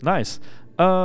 Nice